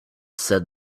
said